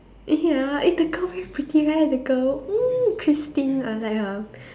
eh ya eh the girlfriend pretty right the girl !ee! Christine I like her